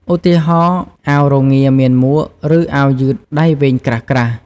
ឧទាហរណ៍ អាវរងាមានមួក ឬអាវយឺតដៃវែងក្រាស់ៗ។